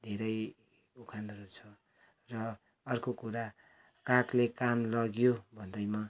धेरै उखानहरू छ र अर्को कुरा कागले कान लग्यो भन्दैमा